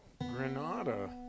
Granada